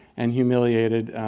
and humiliated,